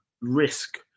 risk